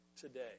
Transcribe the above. today